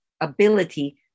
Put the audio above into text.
ability